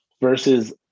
versus